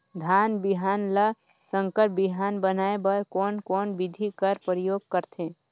धान बिहान ल संकर बिहान बनाय बर कोन कोन बिधी कर प्रयोग करथे?